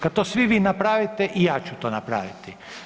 Kad to svi vi napravite i ja ću to napraviti.